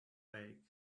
egg